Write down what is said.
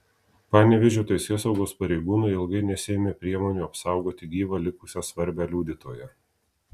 panevėžio teisėsaugos pareigūnai ilgai nesiėmė priemonių apsaugoti gyvą likusią svarbią liudytoją